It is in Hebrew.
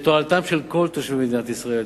לתועלת כל תושבי מדינת ישראל,